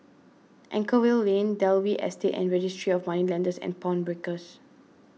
Anchorvale Lane Dalvey Estate and Registry of Moneylenders and Pawnbrokers